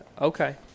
okay